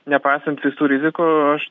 nepaisant visų rizikų aš